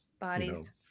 bodies